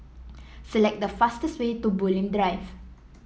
select the fastest way to Bulim Drive